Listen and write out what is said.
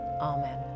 Amen